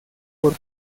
por